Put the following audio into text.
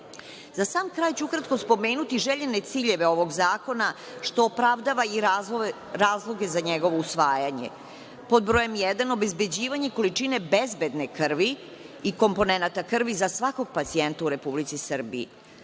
sam kraj ću ukratko spomenuti željene ciljeve ovog zakona, što opravdava i razloge za njegovo usvajanje. Pod brojem jedan, obezbeđivanje količine bezbedne krvi i komponenata krvi za svakog pacijenta u Republici Srbiji,